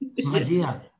Maria